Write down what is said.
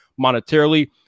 monetarily